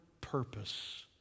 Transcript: purpose